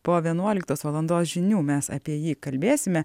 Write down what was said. po vienuoliktos valandos žinių mes apie jį kalbėsime